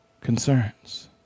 concerns